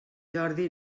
jordi